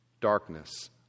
darkness